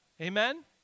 Amen